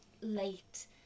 late